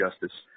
justice